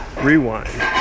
Rewind